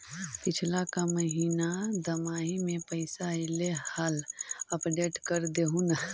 पिछला का महिना दमाहि में पैसा ऐले हाल अपडेट कर देहुन?